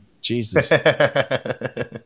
Jesus